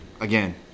Again